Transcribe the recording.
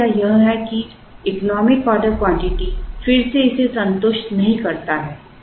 समस्या यह है कि इकोनॉमिक ऑर्डर क्वांटिटी फिर से इसे संतुष्ट नहीं करता है